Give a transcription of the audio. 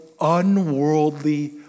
unworldly